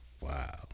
Wow